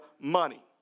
money